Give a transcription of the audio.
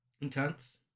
Intense